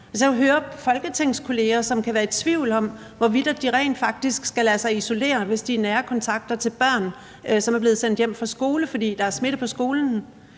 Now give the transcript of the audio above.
jo høre folketingskollegaer, som kan være i tvivl om, hvorvidt de rent faktisk skal lade sig isolere, hvis de er nære kontakter til børn, som er blevet sendt hjem fra skole, fordi der er smitte på skolen.